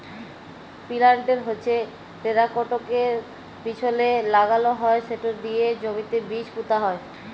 পিলান্টের হচ্যে টেরাকটরের পিছলে লাগাল হয় সেট দিয়ে জমিতে বীজ পুঁতা হয়